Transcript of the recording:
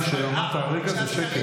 מה שאמרת הרגע זה שקר.